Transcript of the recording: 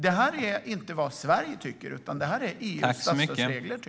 Det handlar inte om vad vi i Sverige tycker utan om vad EU:s statsstödsregler säger.